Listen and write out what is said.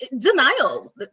denial